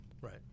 right